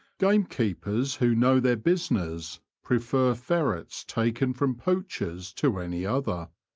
gamekeepers who know their business prefer ferrets taken from poachers to any other.